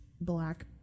black